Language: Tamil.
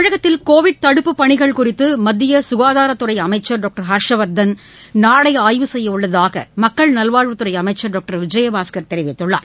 தமிழகத்தில் கோவிட் தடுப்புப் பணிகள் குறித்து மத்திய சுகாதாரத்துறை அமைச்சர் டாக்டர் ஹர்ஷ்வர்தன் நாளை ஆய்வு செய்ய உள்ளதாக மக்கள் நல்வாழ்வுத் துறை அமைச்சர் டாக்டர் விஜயபாஸ்கர் தெரிவித்துள்ளார்